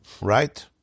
Right